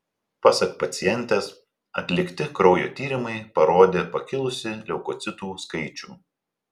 pasak pacientės atlikti kraujo tyrimai parodė pakilusį leukocitų skaičių